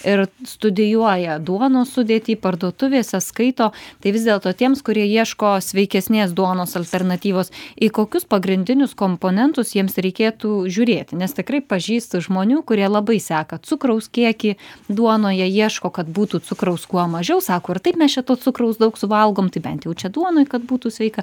ir studijuoja duonos sudėtį parduotuvėse skaito tai vis dėlto tiems kurie ieško sveikesnės duonos alternatyvos į kokius pagrindinius komponentus jiems reikėtų žiūrėti nes tikrai pažįstu žmonių kurie labai seka cukraus kiekį duonoje ieško kad būtų cukraus kuo mažiau sako ir taip mes čia to cukraus daug suvalgom tai bent jau čia duonoj kad būtų sveika